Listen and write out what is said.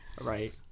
Right